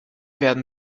werden